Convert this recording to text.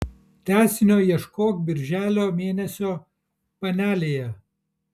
tęsinio ieškok birželio mėnesio panelėje